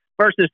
versus